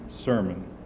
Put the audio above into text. sermon